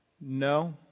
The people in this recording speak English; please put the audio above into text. No